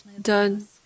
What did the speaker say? done